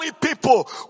people